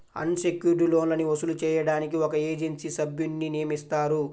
అన్ secured లోన్లని వసూలు చేయడానికి ఒక ఏజెన్సీ సభ్యున్ని నియమిస్తారు